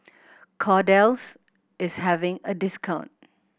Kordel's is having a discount